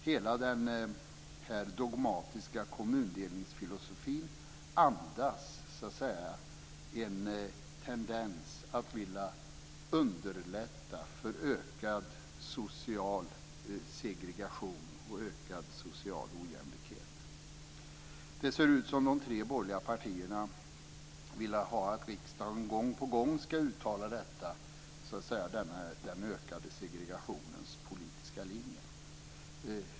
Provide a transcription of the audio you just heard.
Hela den här dogmatiska kommundelningsfilosofin andas en tendens att vilja underlätta för ökad social segregation och ökad social ojämlikhet. Det ser ut som om de tre borgerliga partierna vill att riksdagen gång på gång ska uttala den ökade segregationens politiska linje.